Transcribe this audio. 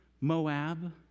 Moab